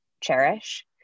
cherish